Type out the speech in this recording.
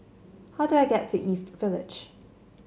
how do I get to East Village